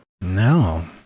No